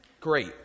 great